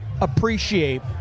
appreciate